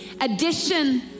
Addition